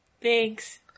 Thanks